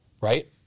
right